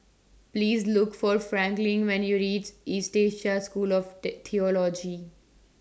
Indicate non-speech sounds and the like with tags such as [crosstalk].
Please Look For Franklyn when YOU REACH East Asia School of [unintelligible] Theology